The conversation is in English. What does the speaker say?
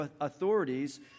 authorities